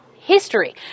history